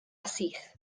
syth